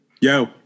Yo